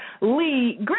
Lee